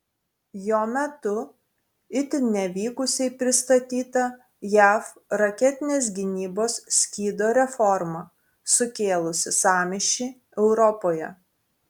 jo metu itin nevykusiai pristatyta jav raketinės gynybos skydo reforma sukėlusį sąmyšį europoje